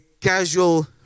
casual